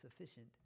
sufficient